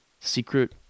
secret